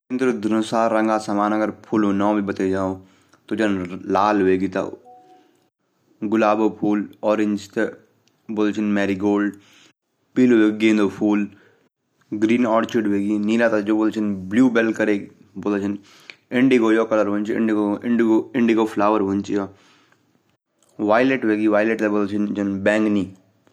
इंद्रधनुष कू सभी रंगों मा एक रंग जू गुलाब कू फूल कू ब्रह्माकमल भी बूलदन जू कि बहुत अछू फूल चा जैथे भगवान जी मंदिर मां भी चडादा। गुलाब जू फूल चा वा इन्द्रधनुष मा बहुत अछू लगदू और गुलाब फूल हर जगह उगदू